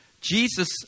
Jesus